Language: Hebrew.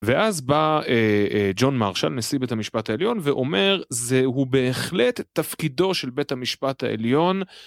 ואז בא ג'ון מרשל נשיא בית המשפט העליון ואומר זהו בהחלט תפקידו של בית המשפט העליון